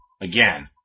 again